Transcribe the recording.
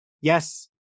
yes